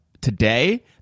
today